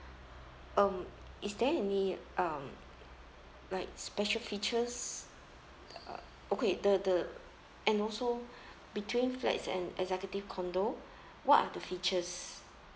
um is there any um like special features uh okay the the and also between flats and executive condo what are the features